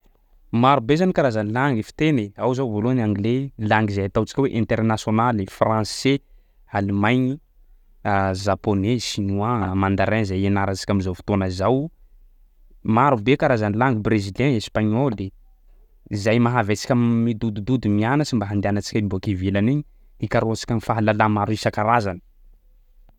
Marobe zany karazany langue fiteny e, ao zao voalohany anglais langues zay ataontsika hoe internationaly, français, allemaigny, japoney, chinois, mandarin zay ianarantsika am'zao fotoana zao. Marobe karazany langue brésilien, espagnoly, zay mahavy antsika midodododo mianatsy mba handehanantsika hiboaky ivelany agny, hikarohantsika fahalala maro isan-karazany.